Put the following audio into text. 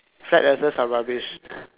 flat earthers are rubbish